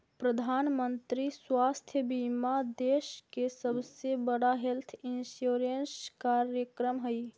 प्रधानमंत्री स्वास्थ्य बीमा देश के सबसे बड़ा हेल्थ इंश्योरेंस कार्यक्रम हई